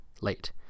late